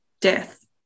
death